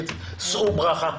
שאו ברכה.